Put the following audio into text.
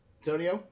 Antonio